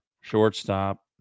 shortstop